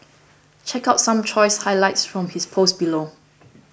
check out some choice highlights from his post below